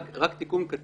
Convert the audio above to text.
רק תיקון קטן.